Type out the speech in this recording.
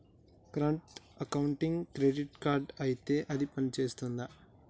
Current అకౌంట్కి credit card ఇత్తే అది పని చేత్తదా?